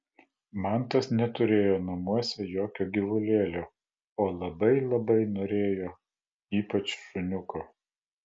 mantas neturėjo namuose jokio gyvulėlio o labai labai norėjo ypač šuniuko